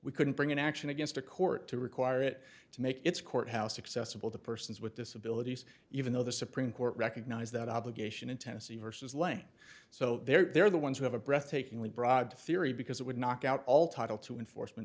we couldn't bring an action against a court to require it to make its courthouse accessible to persons with disabilities even though the supreme court recognized that obligation in tennessee versus lane so they're the ones who have a breathtakingly broad theory because it would knock out all title to enforcement